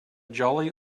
jolly